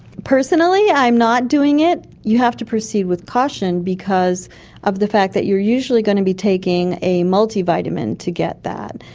personally i'm not doing it. you have to proceed with caution because of the fact that you usually going to be taking a multivitamin to get that,